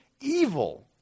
evil